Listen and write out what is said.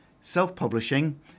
self-publishing